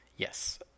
Yes